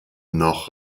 noch